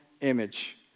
image